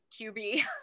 QB